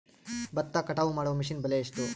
ಭತ್ತ ಕಟಾವು ಮಾಡುವ ಮಿಷನ್ ಬೆಲೆ ಎಷ್ಟು?